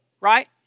right